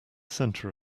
center